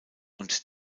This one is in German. und